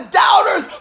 doubters